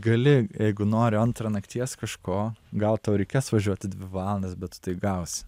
gali jeigu nori antrą nakties kažko gal tau reikės važiuoti dvi valandas bet tu tai gausi